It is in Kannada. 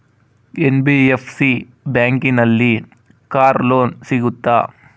ಎನ್.ಬಿ.ಎಫ್.ಸಿ ಬ್ಯಾಂಕಿನಲ್ಲಿ ಕಾರ್ ಲೋನ್ ಸಿಗುತ್ತಾ?